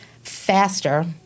faster